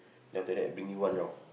then after that bring you one round